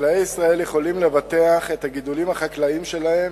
חקלאי ישראל יכולים לבטח את הגידולים החקלאיים שלהם